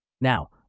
Now